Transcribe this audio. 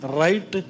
right